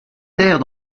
terre